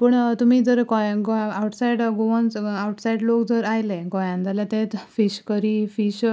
पूण तुमी जर गोंया गोंय आउटसायड गोवन्स आउटसायड लोक जर आयले गोंयांत जाल्यार ते फीश करी फीश